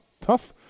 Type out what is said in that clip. tough